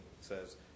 says